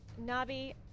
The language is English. Nabi